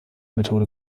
methode